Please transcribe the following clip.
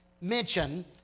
mention